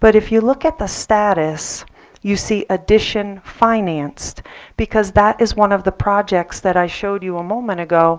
but if you look at the status you see addition financed because that is one of the projects that i showed you a moment ago